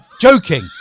Joking